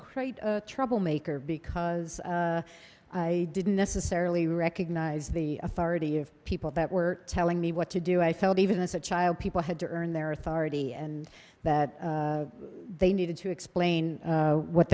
create troublemaker because i didn't necessarily recognize the authority of people that were telling me what to do i felt even as a child people had to earn their authority and that they needed to explain what